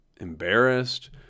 embarrassed